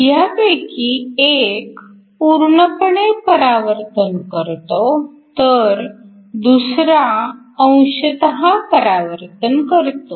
ह्यांपैकी एक पूर्णपणे परावर्तन करतो तर दुसरा अंशतः परावर्तन करतो